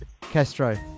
Castro